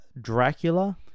Dracula